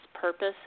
purpose